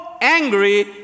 angry